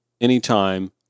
anytime